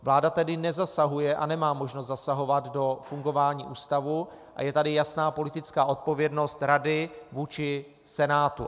Vláda tedy nezasahuje a nemá možnost zasahovat do fungování ústavu a je tady jasná politická odpovědnost rady vůči Senátu.